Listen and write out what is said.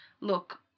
look